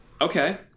Okay